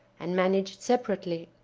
and managed separately.